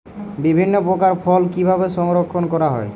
বিভিন্ন প্রকার ফল কিভাবে সংরক্ষণ করা হয়?